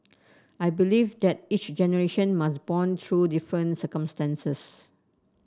I believe that each generation must bond through different circumstances